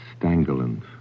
Stangeland